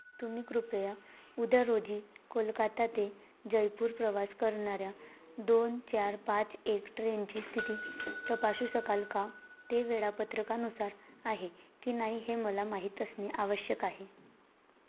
तुम्ही कृपया उद्या रोजी कोलकाता ते जयपूर प्रवास करणाऱ्या दोन चार पाच एक ट्रेनची स्थिती तपासू शकाल का ते वेळापत्रकानुसार आहे की नाही हे मला माहीत असणे आवश्यक आहे